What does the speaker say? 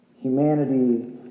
humanity